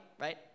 right